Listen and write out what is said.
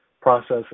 process